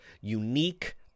unique